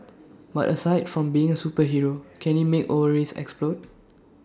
but aside from being A superhero can he make ovaries explode